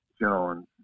Jones